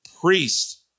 priest